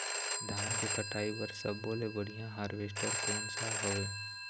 धान के कटाई बर सब्बो ले बढ़िया हारवेस्ट कोन सा हवए?